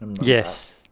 yes